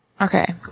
Okay